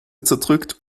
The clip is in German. zerdrückt